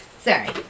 Sorry